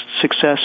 success